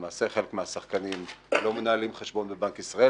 למעשה חלק מהשחקנים לא מנהלים חשבון בבנק ישראל